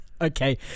Okay